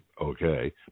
okay